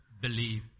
Believe